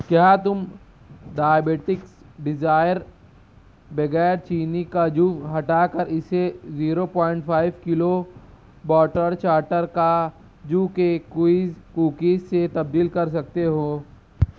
کیا تم diabetics desire بغیر چینی کاجو ہٹا کر اسے zero point five kilo butter چاٹر کاجو کے کوکیز سے تبدیل کر سکتے ہو